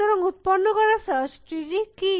সুতরাং উত্পন্ন করা সার্চ ট্রি টি কী